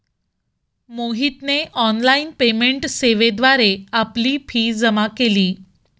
मोहितने online payment सेवेद्वारे आपली फी जमा केली